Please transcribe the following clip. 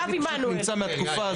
עכשיו עמנואל.